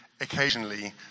occasionally